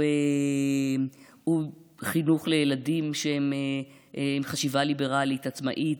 הוא חינוך לילדים שהם עם חשיבה ליברלית ועצמאית,